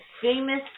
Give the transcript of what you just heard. famous